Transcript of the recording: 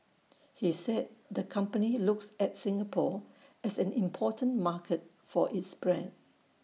he said the company looks at Singapore as an important market for its brand